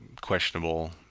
questionable